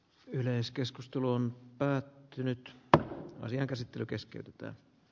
yleiskeskustelu on päättynyt tämän asian taantumasta eteenpäin